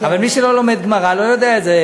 אבל מי שלא לומד גמרא לא יודע את זה,